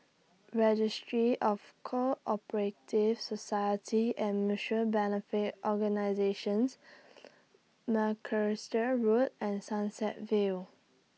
Registry of Co Operative Societies and Mutual Benefit Organisations Macalister Road and Sunset View